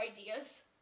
ideas